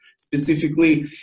specifically